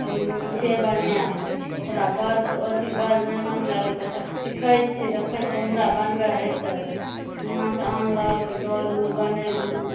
कहलहुॅं माछे बनायब ओकरा बड्ड अथि बड्ड मेहनत लागल सिखैत छियै देखैत छियै हमरा बनबऽ हैते माछ आनलक धौलहुॅं बनेलहुॅं